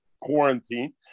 Quarantine